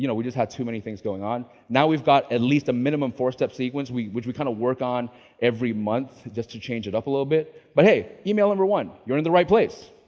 you know we just had too many things going on. now we've got at least a minimum four step sequence, which we kind of work on every month just to change it up a little bit, but hey, email number one, you're in the right place,